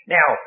Now